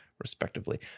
respectively